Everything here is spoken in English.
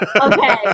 Okay